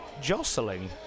jostling